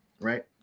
right